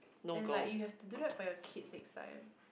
and like you have to do that for your kids next time